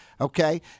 okay